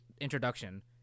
introduction